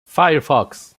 firefox